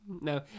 No